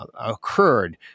occurred